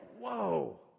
whoa